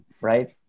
right